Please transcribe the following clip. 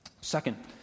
Second